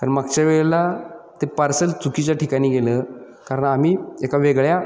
कारण मागच्या वेळेला ते पार्सल चुकीच्या ठिकाणी गेलं कारण आम्ही एका वेगळ्या